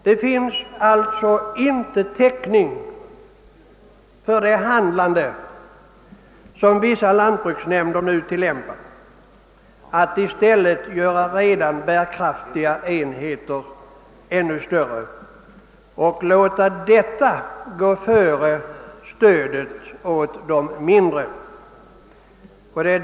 Det finns alltså inte täckning för det handlande som vissa lantbruksnämnder nu tillämpar, d. v. s. att göra redan bärkraftiga enheter ännu större. De låter detta handlande gå före stödet åt de mindre enheterna.